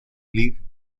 league